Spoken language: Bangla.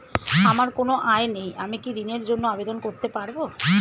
আমার কোনো আয় নেই আমি কি ঋণের জন্য আবেদন করতে পারব?